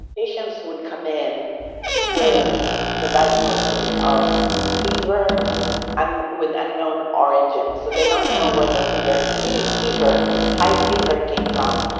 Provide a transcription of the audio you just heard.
patients would come in with the diagnosis of fever and with unknown origin. so they don't know where the feeder fever, fever, high fever came from.